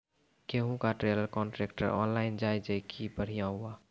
गेहूँ का trailer contractor online जाए जैकी बढ़िया हुआ